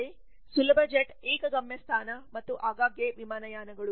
ಸುಲಭ ಜೆಟ್ ಏಕ ಗಮ್ಯಸ್ಥಾನ ಮತ್ತು ಆಗಾಗ್ಗೆ ವಿಮಾನಗಳು